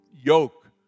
yoke